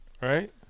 Right